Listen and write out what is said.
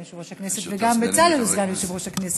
יושב-ראש הכנסת וגם בצלאל הוא סגן יושב-ראש הכנסת.